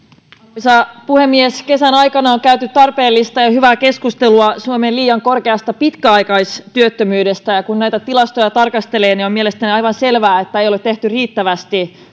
arvoisa puhemies kesän aikana on käyty tarpeellista ja hyvää keskustelua suomen liian korkeasta pitkäaikaistyöttömyydestä kun näitä tilastoja tarkastelee on mielestäni aivan selvää ettei ole tehty riittävästi